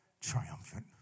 triumphant